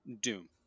doom